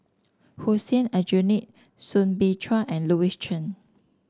Hussein Aljunied Soo Bin Chua and Louis Chen